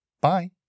Bye